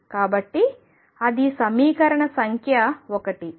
కాబట్టి అది సమీకరణ సంఖ్య ఒకటి